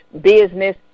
business